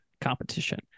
competition